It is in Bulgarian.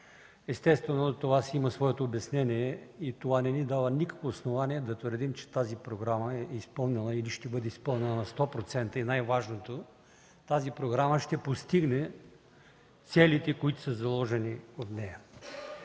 Естествено, това си има своето обяснение и не ни дава никакво основание да твърдим, че тази програма е изпълнена или ще бъде изпълнена 100%, и най-важното – че ще постигне целите, заложени в нея.